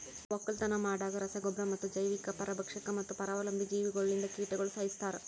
ಒಕ್ಕಲತನ ಮಾಡಾಗ್ ರಸ ಗೊಬ್ಬರ ಮತ್ತ ಜೈವಿಕ, ಪರಭಕ್ಷಕ ಮತ್ತ ಪರಾವಲಂಬಿ ಜೀವಿಗೊಳ್ಲಿಂದ್ ಕೀಟಗೊಳ್ ಸೈಸ್ತಾರ್